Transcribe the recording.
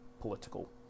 political